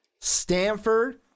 Stanford